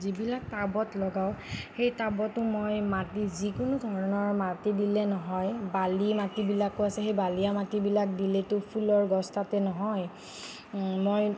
যিবিলাক টাবত লগাওঁ সেই টাবতো মই মাটি যিকোনো ধৰণৰ মাটি দিলে নহয় বালি মাটিবিলাকো আছে সেই বালিয়া মাটিবিলাক দিলেতো ফুলৰ গছ তাতে নহয় মই